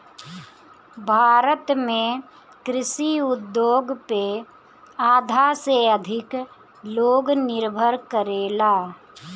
भारत में कृषि उद्योग पे आधा से अधिक लोग निर्भर करेला